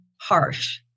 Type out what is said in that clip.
harsh